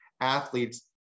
athletes